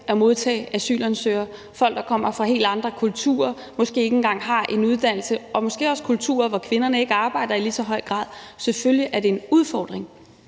at modtage asylansøgere. Det er folk, der kommer fra helt andre kulturer, måske ikke engang har en uddannelse og måske også er fra kulturer, hvor kvinderne ikke arbejder i lige så høj grad. Selvfølgelig er det en udfordring.